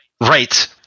Right